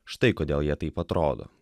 štai kodėl jie taip atrodo